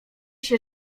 się